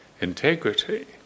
integrity